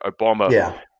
Obama